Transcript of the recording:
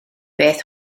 beth